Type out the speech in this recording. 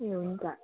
ए हुन्छ